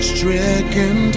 Stricken